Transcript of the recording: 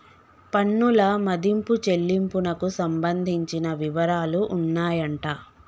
పన్నుల మదింపు చెల్లింపునకు సంబంధించిన వివరాలు ఉన్నాయంట